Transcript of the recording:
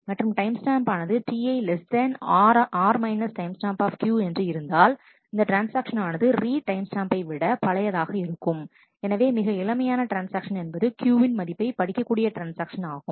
மற்றும் time stamp ஆனது TiR timestamp என்று இருந்தால் இந்த ட்ரான்ஸ்ஆக்ஷன் ஆனது ரீட் டைம் ஸ்டாம்பை விட பழையதாக இருக்கும் எனவே மிக இளமையான ட்ரான்ஸ்ஆக்ஷன் என்பது Q வின் மதிப்பை படிக்கக்கூடிய ட்ரான்ஸ்ஆக்ஷன்ஆகும்